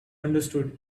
understood